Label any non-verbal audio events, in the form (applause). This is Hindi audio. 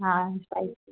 हाँ (unintelligible)